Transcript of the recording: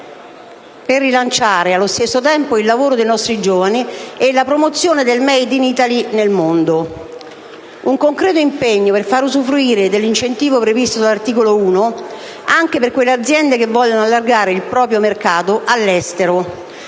per rilanciare il lavoro dei nostri giovani e al contempo promuovere il made in Italy nel mondo: un concreto impegno per far usufruire dell’incentivo previsto dall’articolo 1 anche quelle aziende che vogliono allargare il proprio mercato all’estero,